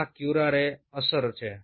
આ ક્યુરારેની અસર છે